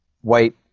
white